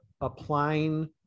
applying